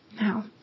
Now